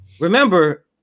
remember